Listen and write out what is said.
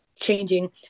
changing